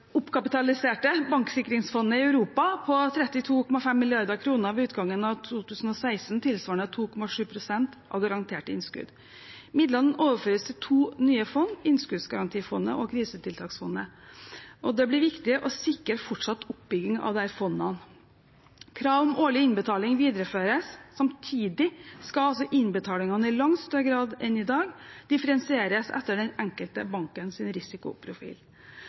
oppkapitaliserte banksikringsfondet i Europa, på 32,5 mrd. kr ved utgangen av 2016, tilsvarende 2,7 pst. av garanterte innskudd. Midlene overføres til to nye fond: innskuddsgarantifondet og krisetiltaksfondet. Det blir viktig å sikre fortsatt oppbygging av de fondene. Krav om årlig innbetaling videreføres. Samtidig skal innbetalingene i langt større grad enn i dag differensieres etter den enkelte bankens risikoprofil.